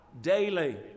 daily